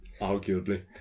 arguably